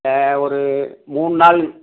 ஒரு மூணு நாள்